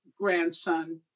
grandson